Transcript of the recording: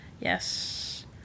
Yes